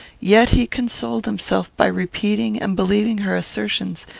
yet he consoled himself by repeating and believing her assertions,